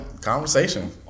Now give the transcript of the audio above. conversation